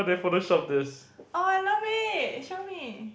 oh I love it show me